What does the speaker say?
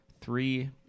three